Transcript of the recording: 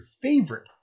favorite